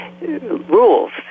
rules